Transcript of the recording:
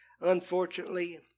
Unfortunately